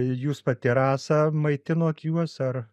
jūs pati rasa maitinot juos ar